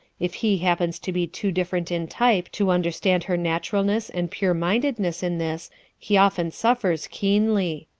if he happens to be too different in type to understand her naturalness and pure-mindedness in this he often suffers keenly.